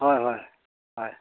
হয় হয় হয়